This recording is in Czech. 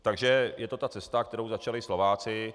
Takže je to ta cesta, kterou začali Slováci.